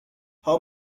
how